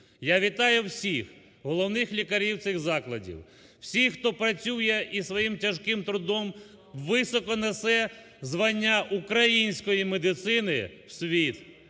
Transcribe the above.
Я вітаю всіх головних лікарів цих закладів, всіх, хто працює і своїм тяжким трудом високо несе звання української медицини в світ.